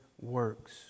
works